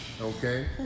okay